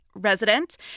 Resident